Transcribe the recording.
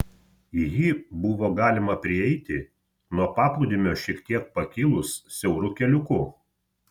jį buvo galima prieiti nuo paplūdimio šiek tiek pakilus siauru keliuku